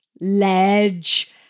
Ledge